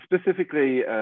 specifically